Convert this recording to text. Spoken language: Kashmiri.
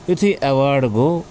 یُتھُے اٮ۪واڈ گوٚو